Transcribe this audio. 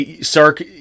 Sark